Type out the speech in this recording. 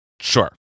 Sure